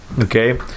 okay